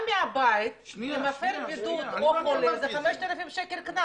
מהבית של מפר בידוד או חולה זה קנס של 5,000 שקל.